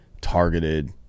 targeted